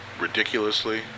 ridiculously